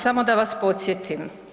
Samo da vas podsjetim.